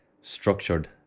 structured